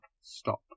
stop